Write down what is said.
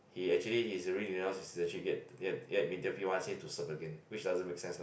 he actually he's already renounce citizenship yet yet yet Mindef people wants him to serve again which doesn't make sense lah